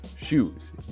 Shoes